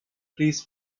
please